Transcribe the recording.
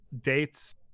dates